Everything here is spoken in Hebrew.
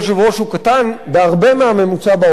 הוא קטן בהרבה מהממוצע בעולם.